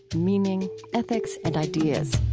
meaning, ethics, and ideas.